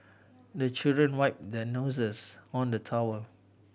the children wipe their noses on the towel